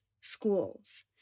schools